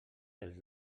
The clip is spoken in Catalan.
els